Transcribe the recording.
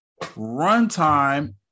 runtime